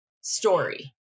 story